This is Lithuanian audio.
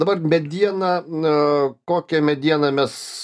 dabar medieną na kokią medieną mes